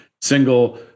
single